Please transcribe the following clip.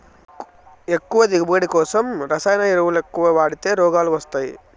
ఎక్కువ దిగువబడి కోసం రసాయన ఎరువులెక్కవ వాడితే రోగాలు వస్తయ్యి